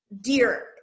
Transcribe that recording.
dear